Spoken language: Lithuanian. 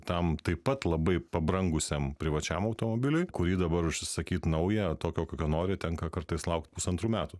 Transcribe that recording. tam taip pat labai pabrangusiam privačiam automobiliui kurį dabar užsisakyt naują tokio kokio nori tenka kartais laukt pusantrų metų